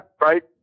right